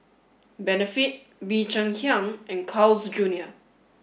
benefit Bee Cheng Hiang and Carl's Junior